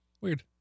Weird